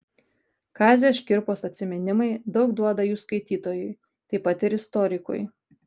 kazio škirpos atsiminimai daug duoda jų skaitytojui taip pat ir istorikui